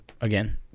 again